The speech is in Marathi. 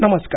नमस्कार